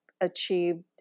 achieved